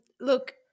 Look